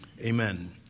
Amen